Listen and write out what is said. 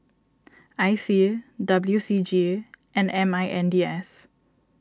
I C W C G and M I N D S